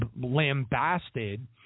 lambasted